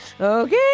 okay